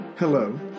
Hello